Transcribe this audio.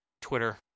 Twitter